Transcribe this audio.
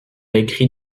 écrit